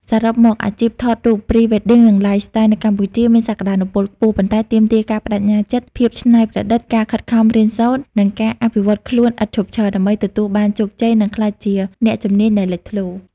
សរុបមក អាជីពថតរូប Pre-wedding និង Lifestyle នៅកម្ពុជាមានសក្តានុពលខ្ពស់ ប៉ុន្តែទាមទារការប្តេជ្ញាចិត្ត ភាពច្នៃប្រឌិត ការខិតខំរៀនសូត្រ និងការអភិវឌ្ឍន៍ខ្លួនឥតឈប់ឈរ ដើម្បីទទួលបានជោគជ័យ និងក្លាយជាអ្នកជំនាញដែលលេចធ្លោ។